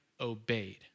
obeyed